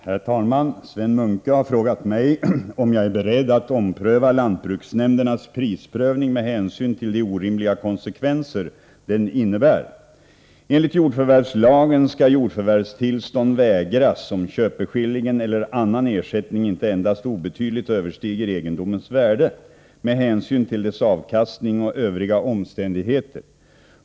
Herr talman! Sven Muncke har frågat mig om jag är beredd att ompröva lantbruksnämndernas prisprövning med hänsyn till de orimliga konsekvenser den innebär. Enligt jordförvärvslagen skall jordförvärvstillstånd vägras om köpeskillingen eller annan ersättning inte endast obetydligt överstiger egendomens värde med hänsyn till dess avkastning och övriga omständigheter.